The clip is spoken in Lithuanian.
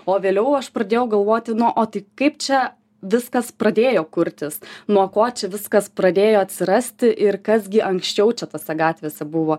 o vėliau aš pradėjau galvoti no o tik kaip čia viskas pradėjo kurtis nuo ko čia viskas pradėjo atsirasti ir kas gi anksčiau čia tose gatvėse buvo